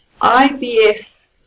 IBS